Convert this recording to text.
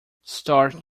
start